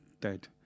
dead